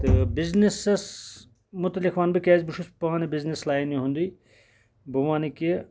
تہٕ بِزنِسس مُتعلِق وَنہٕ بہٕ کہِ کیازِ بہٕ چھُس پانہٕ تہِ بِزنِس لینہِ ہُندُے بہٕ وَنہٕ کہِ